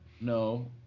No